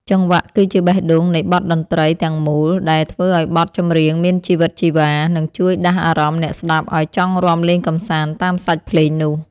ចង្វាក់គឺជាបេះដូងនៃបទតន្ត្រីទាំងមូលដែលធ្វើឱ្យបទចម្រៀងមានជីវិតជីវ៉ា និងជួយដាស់អារម្មណ៍អ្នកស្ដាប់ឱ្យចង់រាំលេងកម្សាន្តតាមសាច់ភ្លេងនោះ។